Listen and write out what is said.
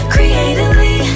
Creatively